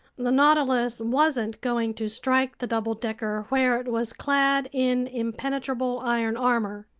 the nautilus wasn't going to strike the double-decker where it was clad in impenetrable iron armor,